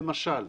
למשל.